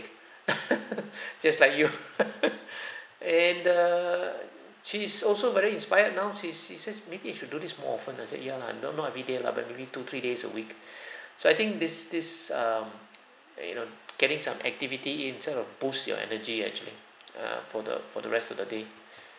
just like you and err she is also very inspired now she she says maybe you should do this more often I said ya lah not not everyday lah but maybe two three days a week so I think this this um like you know getting some activity in it sort of boost your energy actually err for the for the rest of the day